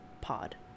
pod